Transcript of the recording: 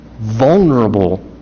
vulnerable